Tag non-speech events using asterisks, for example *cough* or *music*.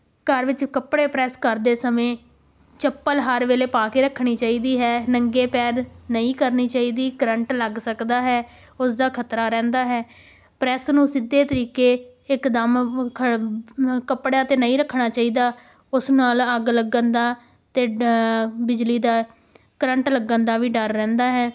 ਘਰ ਵਿੱਚ ਕੱਪੜੇ ਪ੍ਰੈੱਸ ਕਰਦੇ ਸਮੇਂ ਚੱਪਲ ਹਰ ਵੇਲੇ ਪਾ ਕੇ ਰੱਖਣੀ ਚਾਹੀਦੀ ਹੈ ਨੰਗੇ ਪੈਰ ਨਹੀਂ ਕਰਨੀ ਚਾਹੀਦੀ ਕਰੰਟ ਲੱਗ ਸਕਦਾ ਹੈ ਉਸ ਦਾ ਖ਼ਤਰਾ ਰਹਿੰਦਾ ਹੈ ਪ੍ਰੈੱਸ ਨੂੰ ਸਿੱਧੇ ਤਰੀਕੇ ਇੱਕਦਮ ਖ *unintelligible* ਕੱਪੜਿਆਂ 'ਤੇ ਨਹੀਂ ਰੱਖਣਾ ਚਾਹੀਦਾ ਉਸ ਨਾਲ ਅੱਗ ਲੱਗਣ ਦਾ ਅਤੇ ਬਿਜਲੀ ਦਾ ਕਰੰਟ ਲੱਗਣ ਦਾ ਵੀ ਡਰ ਰਹਿੰਦਾ ਹੈ